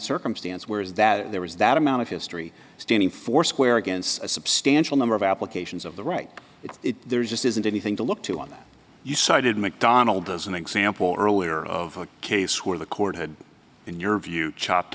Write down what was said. circumstance where is that there is that amount of history standing foursquare against a substantial number of applications of the right it there just isn't anything to look to on that you cited mcdonald's as an example earlier of a case where the court had in your view chopped